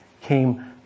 came